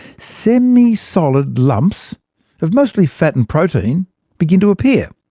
semisolid lumps of mostly fat and protein begin to appear.